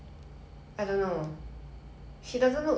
she act in all those 古装戏 I think she quite